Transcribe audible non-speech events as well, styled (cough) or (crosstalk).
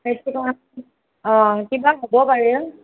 (unintelligible) অ কিবা হ'ব পাৰে